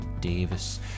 Davis